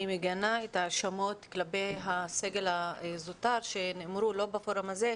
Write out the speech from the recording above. אני מגנה את ההאשמות כלפי הסגל הזוטר שנאמרו לא בפורום הזה,